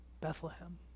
Bethlehem